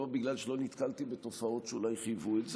ולא בגלל שלא נתקלתי בתופעות שאולי חייבו את זה.